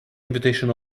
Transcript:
invitation